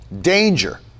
Danger